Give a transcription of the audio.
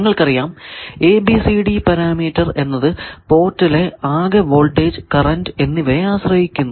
നിങ്ങൾക്കറിയാം ABCD parameter എന്നത് പോർട്ടിലെ ആകെ വോൾട്ടേജ് കറന്റ് എന്നിവയെ ആശ്രയിക്കുന്നു